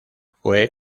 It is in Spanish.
fue